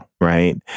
right